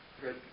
good